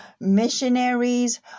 missionaries